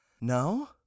No